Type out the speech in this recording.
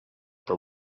the